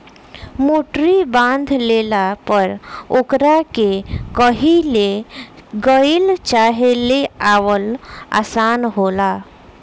मोटरी बांध लेला पर ओकरा के कही ले गईल चाहे ले आवल आसान होला